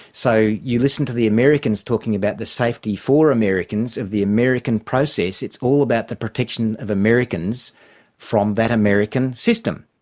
so you listen to the americans talking about the safety for americans of the american process, it's all about the protection of americans from that american system.